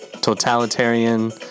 Totalitarian